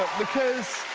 because